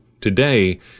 today